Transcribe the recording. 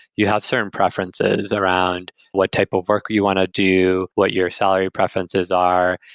you have certain preferences around what type of work you want to do, what your salary preferences are.